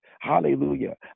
hallelujah